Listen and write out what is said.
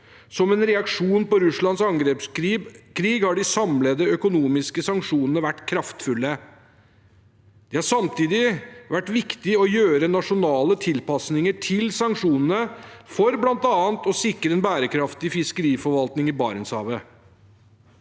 Som en reaksjon på Russlands angrepskrig har de samlede økonomiske sanksjonene vært kraftfulle. Det har samtidig vært viktig å gjøre nasjonale tilpasninger til sanksjonene for bl.a. å sikre en bærekraftig fiskeriforvaltning i Barentshavet.